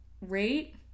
rate